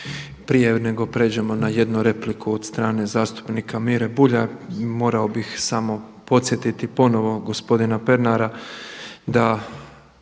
Prije nego pređemo na jednu repliku od strane zastupnika Mire Bulja morao bih samo podsjetiti ponovo gospodina Pernara da